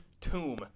tomb